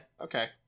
okay